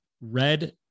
red